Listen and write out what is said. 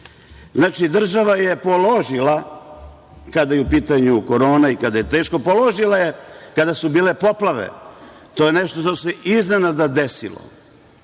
država je položila kada je u pitanju korona i kada je teško. Položila je i kada su bile poplave. To je nešto što se iznenada desilo.